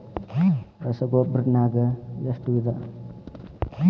ರಸಗೊಬ್ಬರ ನಾಗ್ ಎಷ್ಟು ವಿಧ?